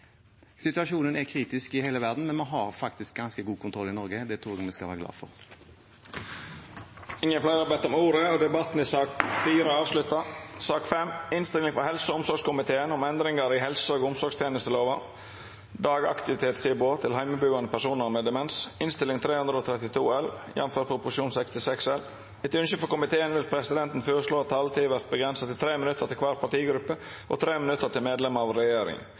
Situasjonen er kritisk i hele verden, men vi har faktisk ganske god kontroll i Norge, og det tror jeg vi skal være glad for. Fleire har ikkje bedt om ordet til sak nr. 4. Etter ynske frå helse- og omsorgskomiteen vil presidenten føreslå at taletida vert avgrensa til 3 minutt til kvar partigruppe og 3 minutt til medlemer av regjeringa.